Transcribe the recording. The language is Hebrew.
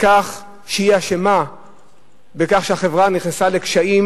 בכך שהיא אשמה בכך שהחברה נכנסה לקשיים,